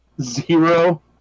zero